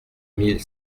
mille